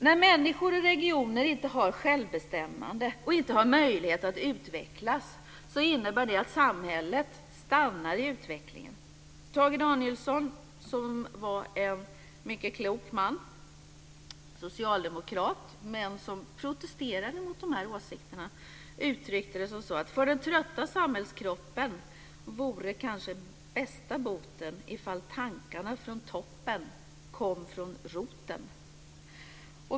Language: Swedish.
När människor i regioner inte har självbestämmande och inte har möjlighet att utvecklas innebär det att samhället stannar i utvecklingen. Tage Danielsson, som var en mycket klok man och socialdemokrat men som protesterade mot de här åsikterna, uttryckte det som så att för den trötta samhällskroppen vore kanske bästa boten ifall tankarna från toppen kom från roten.